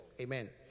Amen